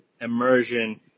immersion